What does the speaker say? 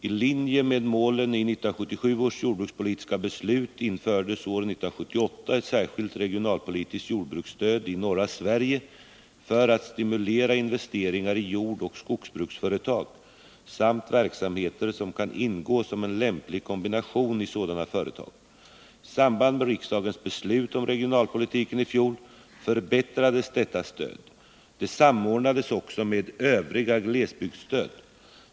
I linje med målen i 1977 års jordbrukspolitiska beslut infördes år 1978 ett särskilt regionalpolitiskt jordbruksstöd i norra Sverige för att stimulera investeringar i jordoch skogsbruksföretag samt i verksamheter som kan ingå som en lämplig kombination i sådana företag. I samband med riksdagens beslut om regionalpolitiken i fjol förbättrades detta stöd. Det samordnades också med övriga glesbygdsstöd.